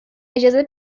اجازه